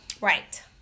Right